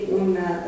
una